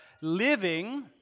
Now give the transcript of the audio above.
living